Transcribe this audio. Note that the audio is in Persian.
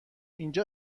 اینجا